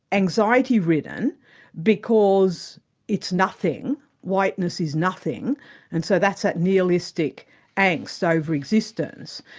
anxiety-ridden because it's nothing whiteness is nothing and so that's that nihilistic angst over existence.